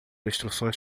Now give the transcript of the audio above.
instruções